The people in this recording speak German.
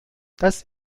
das